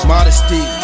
Modesty